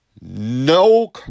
no